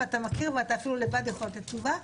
אתה מכיר ואתה אפילו לבד יכול לתת תשובה,